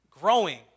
growing